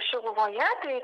šiluvoje tai